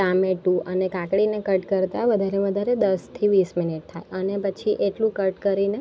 ટામેટું અને કાકડીને કટ કરતાં વધારે વધારે દસથી વીસ મિનિટ થાય અને પછી એટલું કટ કરીને